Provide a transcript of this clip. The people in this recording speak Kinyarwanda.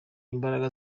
imbaraga